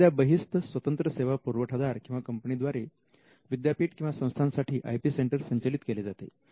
एखाद्या बहिस्थ स्वतंत्र सेवा पुरवठादार किंवा कंपनी द्वारे विद्यापीठ किंवा संस्थांसाठी आय पी सेंटर संचालित केले जाते